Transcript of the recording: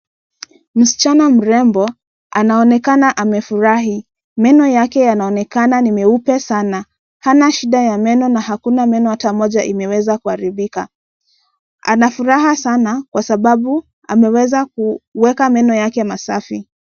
Msichana mrembo anaonekana amefurahi. Meno yake yanaonekana ni meupe sana. Hana shida ya meno na hakuna meno hata moja imeweza kuharibika. Ana furaha sana kwa sababu ameweza kuweka meno yake masafi.